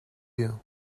you